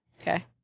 Okay